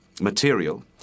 material